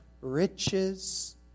riches